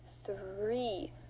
three